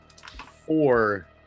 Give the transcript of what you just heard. four